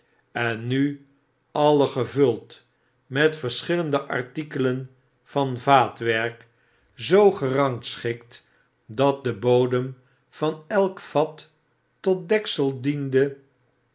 en nu alle gevuld met verschillende artikelen van vaatwerk zoo gerangschikt dat de bodem van elkvattotdekseldiende van gekoeld